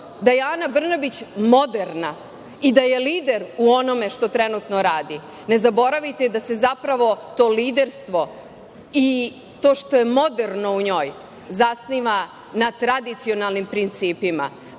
da je Ana Brnabić moderna i da je lider u onome što trenutno radi, ne zaboravite da se zapravo to liderstvo i to što je moderno u njoj zasniva na tradicionalnim principima.